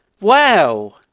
Wow